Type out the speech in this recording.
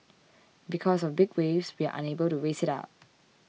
because of big waves we are unable to raise it up